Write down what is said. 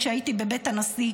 כשהייתי בבית הנשיא,